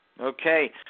Okay